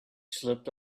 slipped